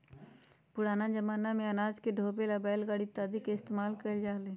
पुराना जमाना में अनाज के ढोवे ला बैलगाड़ी इत्यादि के इस्तेमाल कइल जा हलय